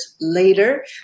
later